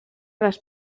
les